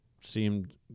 seemed